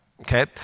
okay